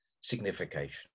signification